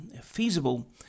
feasible